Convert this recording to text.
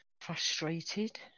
frustrated